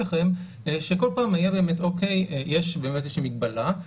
אחריהם שכל פעם היה בהם - אוקי באמת יש איזושהי מגבלה,